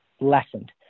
lessened